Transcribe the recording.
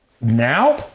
Now